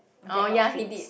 black outfits